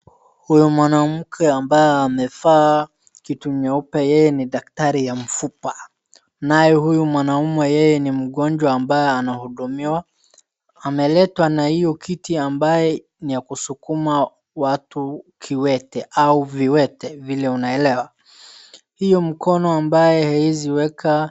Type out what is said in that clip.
Huyu mwanamke ambaye amevaa kitu nyeupe yeye ni daktari wa mifupa. Naye huyu mwanaume yeye ni mgonjwa ambaye anahudumiwa. Ameletwa na hiyo kiti ambayo ni ya kusukuma watu kiwete au viwete vile unaelewa. Hiyo mkono ambayo hauwezi weka.